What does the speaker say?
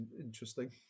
interesting